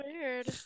weird